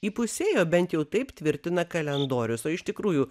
įpusėjo bent jau taip tvirtina kalendorius o iš tikrųjų